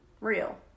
real